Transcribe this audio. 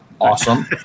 Awesome